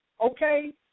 okay